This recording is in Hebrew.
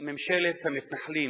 ממשלת המתנחלים,